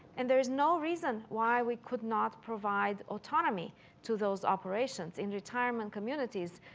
and there is no reason why we could not provide autonomy to those operations in retirement communities.